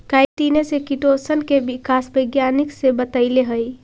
काईटिने से किटोशन के विकास वैज्ञानिक ने बतैले हई